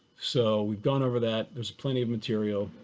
so we've gone over that. there's plenty of material.